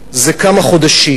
זה כמה חודשים.